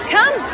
Come